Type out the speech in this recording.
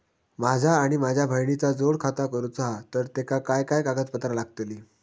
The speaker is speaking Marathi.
माझा आणि माझ्या बहिणीचा जोड खाता करूचा हा तर तेका काय काय कागदपत्र लागतली?